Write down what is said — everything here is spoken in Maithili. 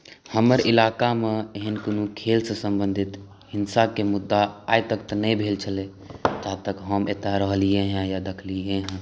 हमर इलाकामे एहन कोनो खेलसँ सम्बन्धित हिँसाके मुद्दा आइ तक तऽ नहि भेल छलै जा तक हम एतऽ रहलिए हँ या देखलिए हँ